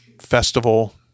festival